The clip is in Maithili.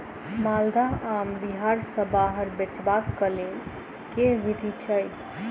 माल्दह आम बिहार सऽ बाहर बेचबाक केँ लेल केँ विधि छैय?